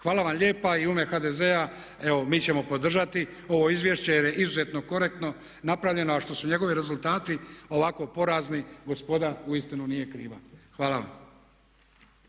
Hvala vam lijepa i u ime HDZ-a, evo mi ćemo podržati ovo izvješće jer je izuzetno korektno napravljeno. A što su njegovi rezultati ovako porazni gospoda uistinu nije kriva. Hvala vam.